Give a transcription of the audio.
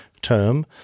term